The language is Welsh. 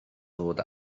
ddod